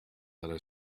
other